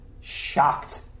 shocked